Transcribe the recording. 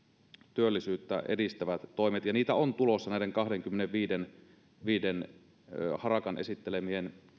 työllisyyttä edistävät toimet ja niitä on tulossa näiden kahdenkymmenenviiden harakan esittelemän